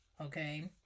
Okay